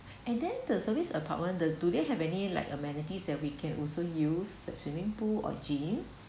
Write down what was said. and then the service apartment the do they have any like amenities that we can also use the swimming pool or gym